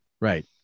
Right